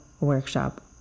workshop